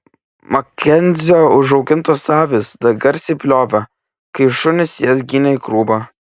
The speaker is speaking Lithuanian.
makenzio užaugintos avys garsiai bliovė kai šunys jas ginė į krūvą